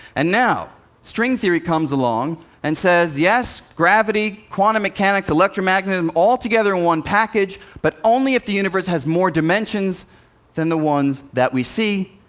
and now string theory comes along and says, yes, gravity, quantum mechanics, electromagnetism, all together in one package, but only if the universe has more dimensions than the ones that we see.